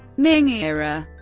ming era